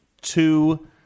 two